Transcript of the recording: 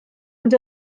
ond